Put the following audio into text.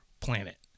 planet